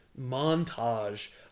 montage